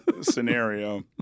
scenario